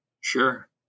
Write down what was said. Sure